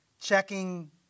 checking